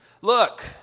Look